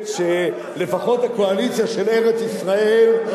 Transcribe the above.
למה אתה משלה אותם, כצל'ה?